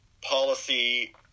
policy